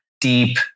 deep